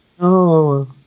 no